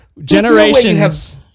generations